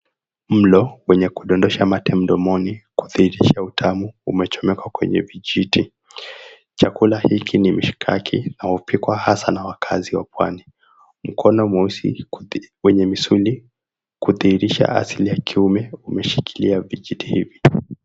Mlo wenye kudondosha mate mdomoni, kudhihirisha utamu umechomekwa kwenye vijiti. Chakula hiki ni mishikaki na hupikwa hasa na wakaazi wa pwani. Mkono mweusi, wenye misuli, kudhihirisha asili ya kiume, umeshikilia vijiti hivi.